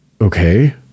okay